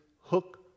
hook